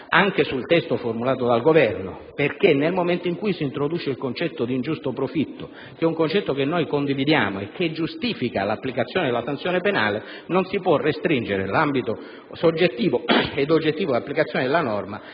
anche su quel testo. Nel momento in cui, ad esempio, si introduce il concetto di ingiusto profitto (un concetto che noi condividiamo e che giustifica l'applicazione della sanzione penale) non si può restringere l'ambito soggettivo ed oggettivo dell'applicazione della norma